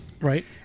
Right